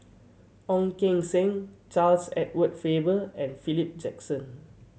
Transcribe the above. Ong Keng Sen Charles Edward Faber and Philip Jackson